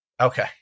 Okay